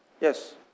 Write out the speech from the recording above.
Yes